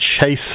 chase